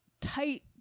tight